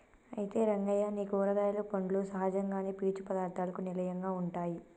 అయితే రంగయ్య నీ కూరగాయలు పండ్లు సహజంగానే పీచు పదార్థాలకు నిలయంగా ఉంటాయి